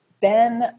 Ben